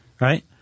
Right